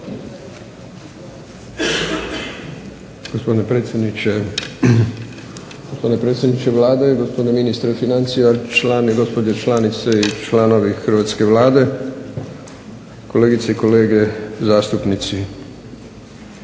predsjedniče, gospodine predsjedniče Vlade, gospodine ministre financija, član i gospođe članice i članovi hrvatske Vlade, kolegice i kolege zastupnici.